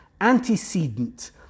antecedent